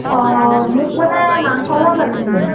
অ' মোক মানে মাংস অলপ লাগিছিল